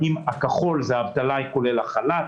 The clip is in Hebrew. הכחול זה אבטלה כולל החל"ת,